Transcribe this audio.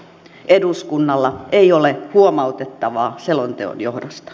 eduskunnalla ei ole huomautettavaa selonteon johdosta